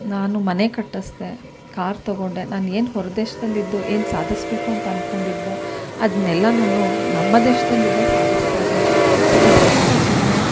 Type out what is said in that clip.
ನಾನು ಮನೆ ಕಟ್ಟಿಸ್ದೆ ಕಾರ್ ತೊಗೊಂಡೆ ನಾನು ಏನು ಹೊರದೇಶದಲ್ಲಿದ್ದು ಏನು ಸಾಧಿಸ್ಬೇಕು ಅಂತ ಅಂದ್ಕೊಂಡಿದ್ನೋ ಅದನ್ನೆಲ್ಲ ನಾನು ನಮ್ಮ ದೇಶದಲ್ಲಿದ್ದೇ ಸಾಧಿಸ್ತಾ ಇದ್ದೀನಿ ಸೊ ಇದಕ್ಕಿಂತ ಹೆಮ್ಮೆ